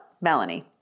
Melanie